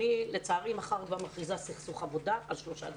אני לצערי מחר כבר מכריזה סכסוך עבודה וזה על שלושה דברים.